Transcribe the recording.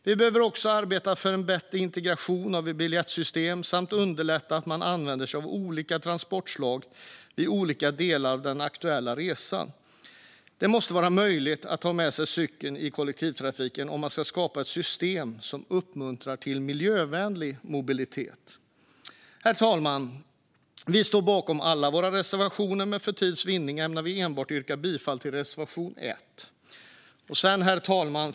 Vi behöver också arbeta för en bättre integration av biljettsystem och underlätta användning av olika transportslag vid olika delar av den aktuella resan. Det måste vara möjligt att ta med sig cykel i kollektivtrafiken om man ska skapa system som uppmuntrar till miljövänlig mobilitet. Herr talman! Vi står bakom alla våra reservationer, men för tids vinnande ämnar vi yrka bifall till enbart reservation 1. Herr talman!